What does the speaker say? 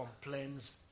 complains